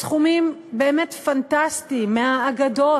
בסכומים באמת פנטסטיים, מהאגדות,